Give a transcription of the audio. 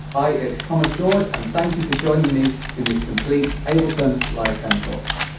hi, it's tomas george, and thank you for joining me in this complete ableton live ten course.